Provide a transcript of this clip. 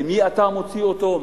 למי אתה מוציא אותו,